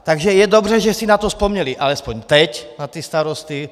Takže je dobře, že si na to vzpomněli alespoň teď, na ty starosty.